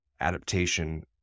adaptation